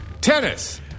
Tennis